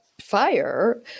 fire